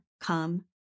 come